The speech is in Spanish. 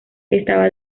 estaba